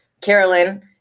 Carolyn